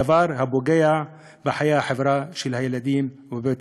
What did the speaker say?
דבר הפוגע בילדים בחיי החברה ובבית-הספר.